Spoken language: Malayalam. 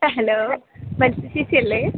അ ഹലോ മഞ്ജുഷ ചേച്ചി അല്ലേ